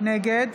נגד